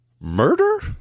murder